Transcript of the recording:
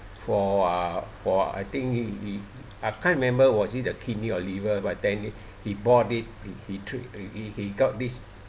for uh for I think he he I can't remember was it the kidney or liver but then he bought it he he tr~ he he got this